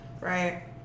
right